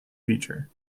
feature